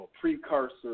precursor